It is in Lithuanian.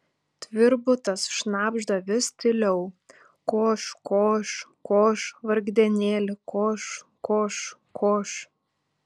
tvirbutas šnabžda vis tyliau koš koš koš vargdienėli koš koš koš